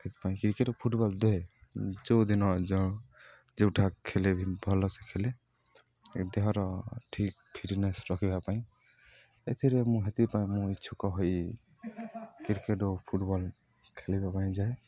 ଏଥିପାଇଁ କ୍ରିକେଟ ଓ ଫୁଟବଲ ଦୁହେ ଯେଉଁଦିନ ଯ ଯେଉଁଠା ଖେଳେ ବି ଭଲସେ ଖେଳେ ଦେହର ଠିକ୍ ଫିଟନେସ୍ ରଖିବା ପାଇଁ ଏଥିରେ ମୁଁ ହେଥିପାଇଁ ମୁଁ ଇଚ୍ଛୁକ ହୋଇ କ୍ରିକେଟ ଓ ଫୁଟବଲ ଖେଳିବା ପାଇଁ ଯାଏ